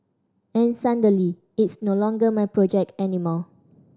and suddenly it's no longer my project anymore